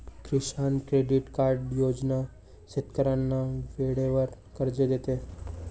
किसान credit card योजना शेतकऱ्यांना वेळेवर कर्ज देते